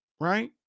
right